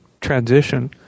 transition